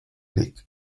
league